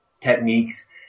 techniques